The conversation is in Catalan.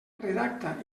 redacta